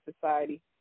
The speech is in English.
Society